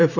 F